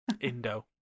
Indo